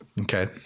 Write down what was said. Okay